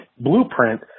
blueprint